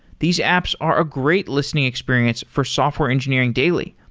these apps are a great listening experience for software engineering daily.